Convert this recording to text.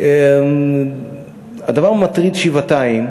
הדבר מטריד שבעתיים,